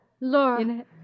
Laura